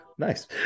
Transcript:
Nice